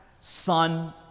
son